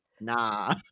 nah